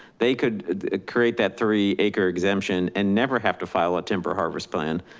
they could create that three acre exemption and never have to file a timber harvest plan.